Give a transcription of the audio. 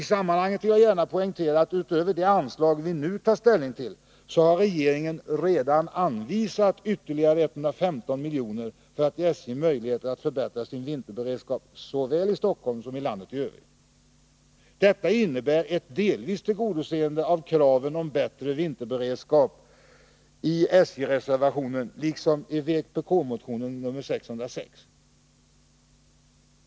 I sammanhanget vill jag gärna poängtera att regeringen redan utöver det anslag vi nu tar ställning till har anvisat ytterligare 115 miljoner för att ge SJ möjligheter att förbättra sin vinterberedskap såväl i Stockholm som i landet i övrigt. Detta innebär delvis ett tillgodoseende av kraven på bättre vinterberedskap i s-reservationen liksom i vpk-motionen 606.